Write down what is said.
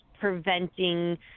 preventing